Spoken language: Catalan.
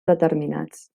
determinats